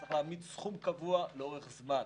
צריך להעמיד סכום קבוע לאורך זמן.